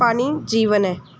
ਪਾਣੀ ਜੀਵਨ ਹੈ